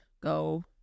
go